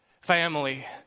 family